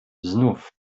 znów